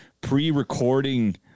pre-recording